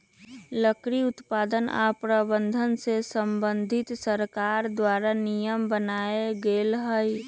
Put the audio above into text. लकड़ी उत्पादन आऽ प्रबंधन से संबंधित सरकार द्वारा नियम बनाएल गेल हइ